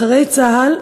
אחרי צה"ל,